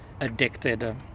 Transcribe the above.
addicted